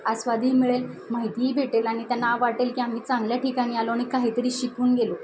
आस्वादही मिळेल माहितीही भेटेल आणि त्यांना वाटेल की आम्ही चांगल्या ठिकाणी आलो आणि काहीतरी शिकून गेलो